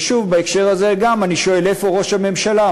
ושוב, גם בהקשר הזה אני שואל: איפה ראש הממשלה?